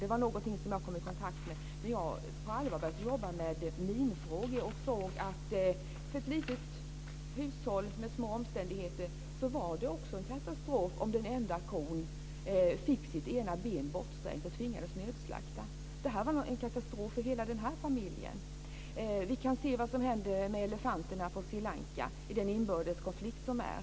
Det var någonting som jag kom i kontakt med när jag på allvar började jobba med minfrågor och såg att det för ett litet hushåll med små omständigheter var en katastrof om den enda kon fick sitt ena ben bortsprängt och tvingades nödslaktas. Detta var en katastrof för hela denna familj. Vi kan se vad som hände med elefanterna på Sri Lanka i den inbördes konflikt som råder.